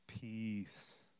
peace